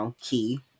key